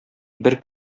бер